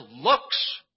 looks